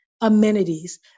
amenities